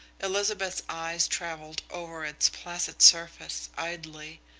elizabeth's eyes travelled over its placid surface idly,